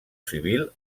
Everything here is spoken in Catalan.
civil